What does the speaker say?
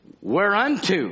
Whereunto